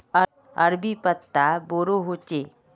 अरबी पत्ता बोडो होचे